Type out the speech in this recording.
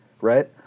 right